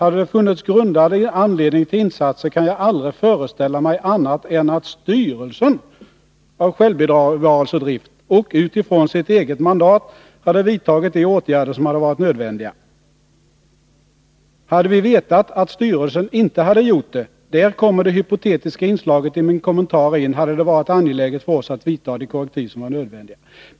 Hade det funnits grundad anledning till insatser, kan jag aldrig föreställa mig annat än att styrelsen av självbevarelsedrift och utifrån sitt eget mandat hade vidtagit de åtgärder som hade varit nödvändiga. Hade vi vetat att styrelsen inte hade gjort det — där kommer det hypotetiska inslaget i min kommentar in — hade det varit angeläget för oss att vidta de korrektiv som var nödvändiga.